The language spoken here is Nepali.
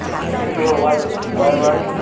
ए के ठुलो वाई वाईवाई